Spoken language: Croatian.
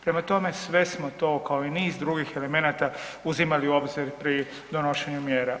Prema tome, sve smo to, kao i niz drugih elemenata uzimali u obzir pri donošenju mjera.